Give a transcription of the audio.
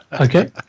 Okay